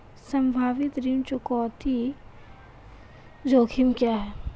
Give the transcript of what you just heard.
संभावित ऋण चुकौती जोखिम क्या हैं?